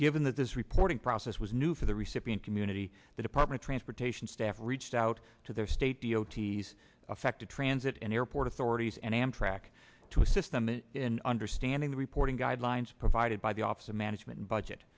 given that this reporting process was new for the recipient community the department transportation staff reached out to their state the ots affected transit and airport authorities and amtrak to assist them in understanding the reporting guidelines provided by the office of management and budget